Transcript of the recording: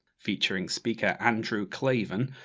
featuring speaker andrew clavin,